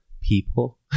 people